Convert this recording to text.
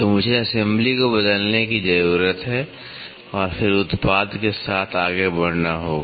तो मुझे assembly （assembly） को बदलने की जरूरत है और फिर उत्पाद के साथ आगे बढ़ना होगा